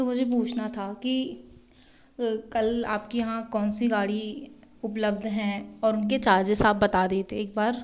तो मुझे पूछना था कि कल आपके यहाँ कौन सी गाड़ी उपलब्ध हैं और उनके चार्जेस आप बता देते एक बार